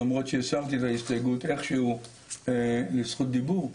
למרות שהסרתי את ההסתייגות איך שהוא זכות דיבור?